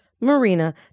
Marina